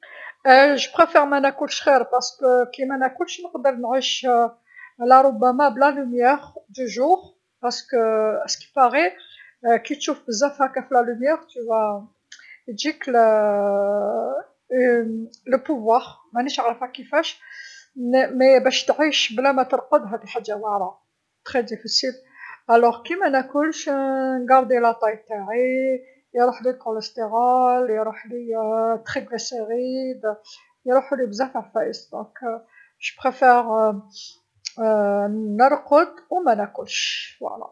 نفضل مناكلش خير، على خاطرش مين مناكلش نقدر نعيش على ربما بالضو ديما، على خاطرش كتشوف بزاف هكا في الضو راح تجيك القوه، مانيش عارفه كيفاش، تعيش بلا مترقد هاذي حاجه واعره بزاف واعره، كمنلكش نحافظ في شكلي، يروحلي كوليستيرول، يروحلي تريغليسيغيد، يروحولي بزاف عفايس، إذا نفضل نرقد و مانكلش هاذي هي.